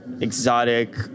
exotic